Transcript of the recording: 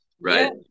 right